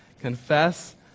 Confess